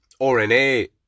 RNA